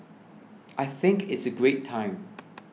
I think it's a great time